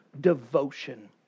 Devotion